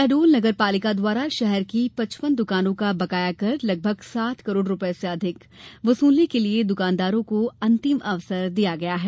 शहडोल नगर पालिका द्वारा शहर की पचपन द्वानों का बकाया कर लगभग सात करोड़ रूपये से अधिक वसूलने के लिए दुकानदारों को अंतिम अवसर दिया है